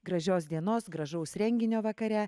gražios dienos gražaus renginio vakare